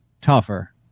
tougher